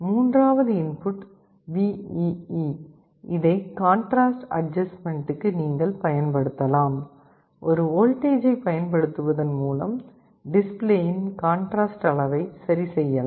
மூன்றாவது input VEE இதை contrast அட்ஜஸ்ட்மெண்ட்டுக்கு நீங்கள் பயன்படுத்தலாம் ஒரு வோல்டேஜைப் பயன்படுத்துவதன் மூலம் டிஸ்ப்ளேயின் காண்ட்ராஸ்ட் அளவை சரிசெய்யலாம்